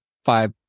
five